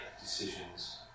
decisions